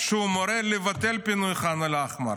שהוא מורה לבטל את פינוי ח'אן אל-אחמר.